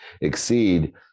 exceed